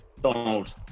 Donald